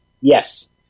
Yes